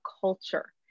culture